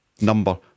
number